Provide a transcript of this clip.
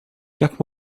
jak